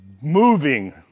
moving